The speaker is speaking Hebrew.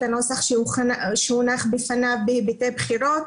הנוסח המקורי שהונח בפניו בהיבטי בחירות,